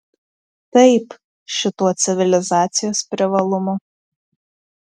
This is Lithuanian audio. taip šituo civilizacijos privalumu